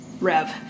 Rev